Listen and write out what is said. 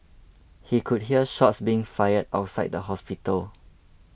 he could hear shots being fired outside the hospital